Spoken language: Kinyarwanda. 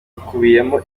ikubiyemo